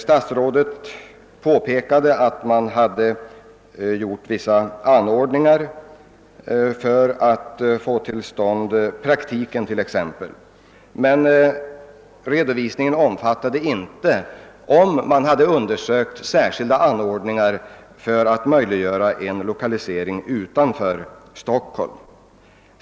Statsrådet påpekade att man redan gjort särkilda anordningar för att skapa möjligheter till praktiktjänstgöring i Stockholm. Men i redovisningen förbigick statsrådet, huruvida man undersökt möjligheterna att genom särskilda anordningar möjliggöra en lokalisering av polisskolan utanför Stockholm.